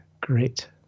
Great